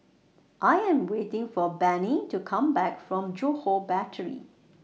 I Am waiting For Bennie to Come Back from Johore Battery